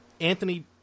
Anthony